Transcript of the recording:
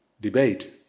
debate